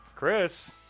Chris